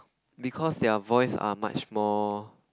because their voice are much more